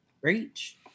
Reach